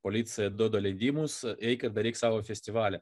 policija duoda leidimus eik ir daryk savo festivalį